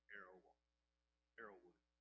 Arrowwood